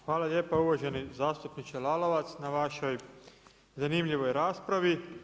Hvala lijepa uvaženi zastupniče Lalovac na vašoj zanimljivoj raspravi.